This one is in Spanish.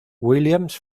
williams